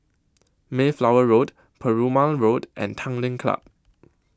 Mayflower Road Perumal Road and Tanglin Club